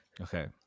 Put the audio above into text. Okay